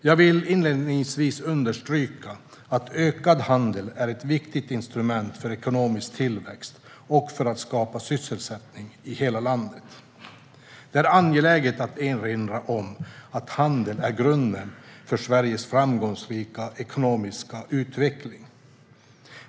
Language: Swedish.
Jag vill inledningsvis understryka att ökad handel är ett viktigt instrument för ekonomisk tillväxt och för att skapa sysselsättning i hela landet. Det är angeläget att erinra om att handel är grunden för Sveriges framgångsrika ekonomiska utveckling.